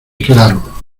claro